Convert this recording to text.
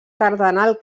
cardenal